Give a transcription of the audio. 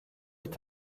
est